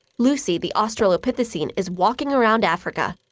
lucy, the australopithecine, is walking around africa.